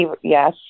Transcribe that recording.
Yes